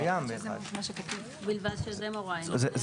זה